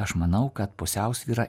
aš manau kad pusiausvyra